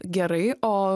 gerai o